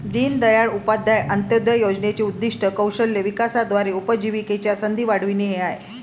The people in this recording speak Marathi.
दीनदयाळ उपाध्याय अंत्योदय योजनेचे उद्दीष्ट कौशल्य विकासाद्वारे उपजीविकेच्या संधी वाढविणे हे आहे